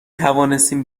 توانستیم